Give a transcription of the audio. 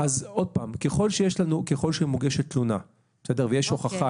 ככל שמוגשת תלונה ויש הוכחה,